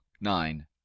nine